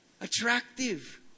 Attractive